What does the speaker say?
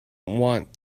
want